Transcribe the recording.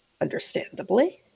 understandably